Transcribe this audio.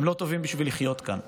הם לא טובים בשביל לחיות כאן.